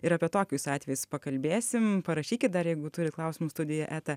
ir apie tokius atvejus pakalbėsim parašykit dar jeigu turi klausimų studija eta